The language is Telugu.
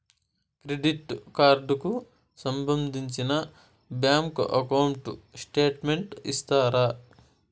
క్రెడిట్ కార్డు కు సంబంధించిన బ్యాంకు అకౌంట్ స్టేట్మెంట్ ఇస్తారా?